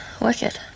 Wicked